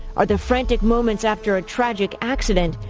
are the frantic moments after a tragic accident,